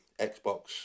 Xbox